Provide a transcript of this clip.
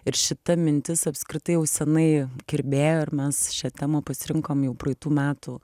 ir šita mintis apskritai jau senai kirbėjo ir mes šią temą pasirinkom jau praeitų metų